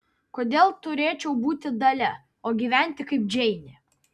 kodėl turėčiau būti dalia o gyventi kaip džeinė